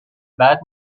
بعد